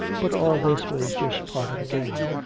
but all this was just part of the game.